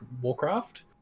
Warcraft